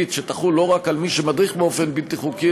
שתחול לא רק על מי שמדריך באופן בלתי חוקי,